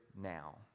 now